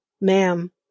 ma'am